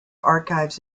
archives